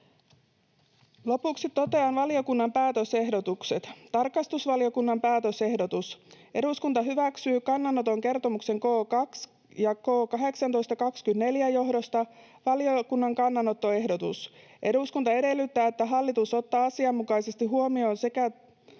Lopuksi totean valiokunnan päätösehdotukset: Tarkastusvaliokunnan päätösehdotus: eduskunta hyväksyy kannanoton kertomusten K 2 ja K 18/24 johdosta. Valiokunnan kannanottoehdotus: 1) ”Eduskunta edellyttää, että hallitus ottaa asianmukaisesti huomioon sekä